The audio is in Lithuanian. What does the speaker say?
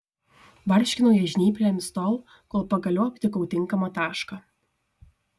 barškinau ją žnyplėmis tol kol pagaliau aptikau tinkamą tašką